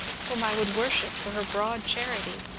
whom i would worship for her broad charity,